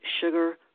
sugar